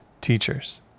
teachers